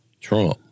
Trump